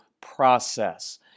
process